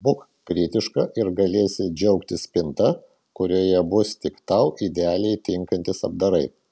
būk kritiška ir galėsi džiaugtis spinta kurioje bus tik tau idealiai tinkantys apdarai